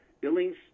Billings